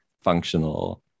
functional